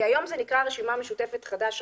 כי היום זה נקרא הרשימה המשותפת חד"ש,